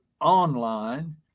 Online